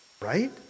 Right